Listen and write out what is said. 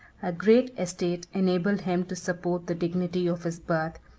a great estate enabled him to support the dignity of his birth,